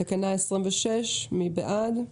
תקנה 26, מי בעד?